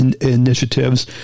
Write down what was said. initiatives